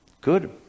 good